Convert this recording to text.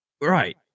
Right